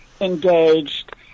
engaged